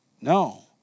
No